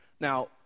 Now